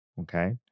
okay